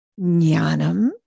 Nyanam